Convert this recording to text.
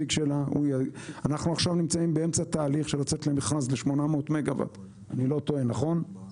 נמצאים עכשיו באמצע תהליך של לצאת למכרז ל-800 מגוואט אגירה.